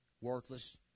Worthless